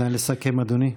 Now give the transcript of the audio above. נא לסכם, אדוני.